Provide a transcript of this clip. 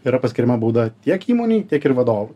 yra paskiriama bauda tiek įmonei tiek ir vadovui